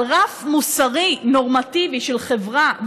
אבל רף מוסרי נורמטיבי של חברה,